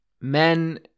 Men